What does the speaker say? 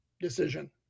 decision